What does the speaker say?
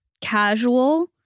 casual